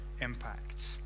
impact